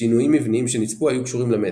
שינויים מבניים שנצפו היו קשורים למתח.